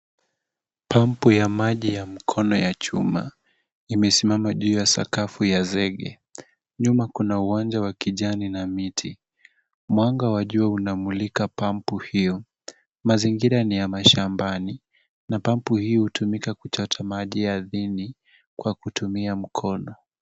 Pump ya maji ya muundo wa chuma imasimama juu ya sakafu ya zege. Nyuma kuna uwanja wa kijani na miti. Mwanga wa jua unamulika pampu iyo. Mazingira ni ya mashambani na pampu iyo hutumika kuchota maji ardhini kwa kutumia mkono.